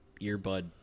earbud